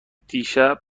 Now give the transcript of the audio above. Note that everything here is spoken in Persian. دیشب